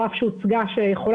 היא גם תאפשר